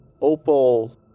opal